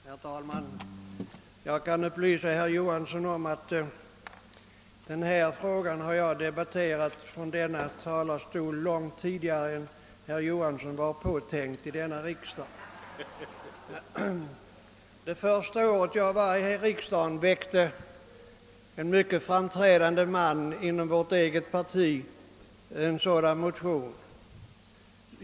Herr talman! Jag vill upplysa herr Johansson i Växjö om att jag har debatterat den här semesterfrågan från denna talarstol långt innan herr Johansson var påtänkt i riksdagen. Det första året jag tillhörde kammaren väckte en mycket framstående man inom vårt eget parti en sådan motion.